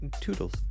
Toodles